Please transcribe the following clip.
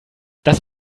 das